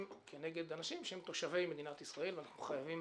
כנגד אנשים שהם תושבי מדינת ישראל ואנחנו חייבים